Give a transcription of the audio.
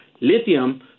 lithium